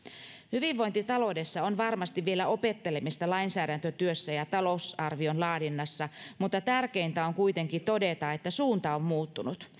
hyvinvointitaloudessa on varmasti vielä opettelemista lainsäädäntötyössä ja talousarvion laadinnassa mutta tärkeintä on kuitenkin todeta että suunta on muuttunut